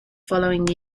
following